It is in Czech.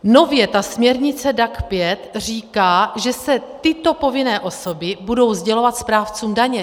Nově směrnice DAC 5 říká, že se tyto povinné osoby budou sdělovat správcům daně.